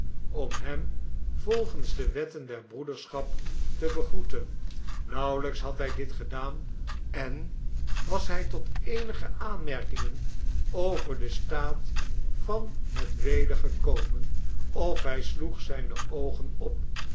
om hem volgens de wetten der broederschap te begroeten nauwelijks had hij dit gedaan en was hij tot eenige aanmerkingen over den staat van het weder gekomen of hij sloeg zijne oogen op